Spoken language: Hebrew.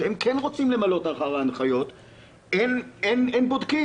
שכן רוצים למלא אחר ההנחיות והם בודקים.